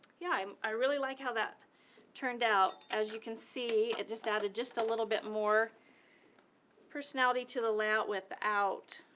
yeah um i really like how that turned out. as you can see, it just added just a little bit more personality to the layout, without